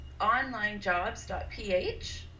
onlinejobs.ph